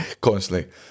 constantly